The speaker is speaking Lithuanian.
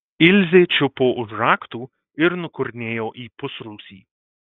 ilzė čiupo už raktų ir nukurnėjo į pusrūsį